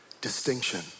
distinction